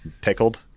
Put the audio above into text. pickled